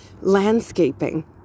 landscaping